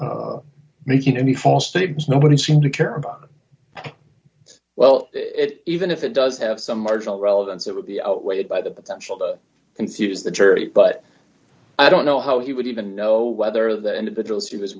making any false statements nobody seemed to care about well it even if it does have some marginal relevance it would be outweighed by the potential to confuse the jury but i don't know how he would even know whether the individual